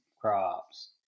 crops